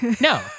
No